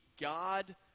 God